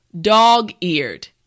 dog-eared